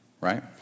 Right